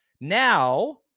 Now